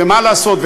ומה לעשות,